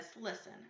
listen